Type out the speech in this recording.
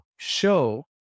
show